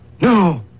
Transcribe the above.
No